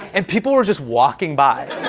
and people were just walking by.